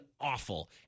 awful